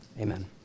amen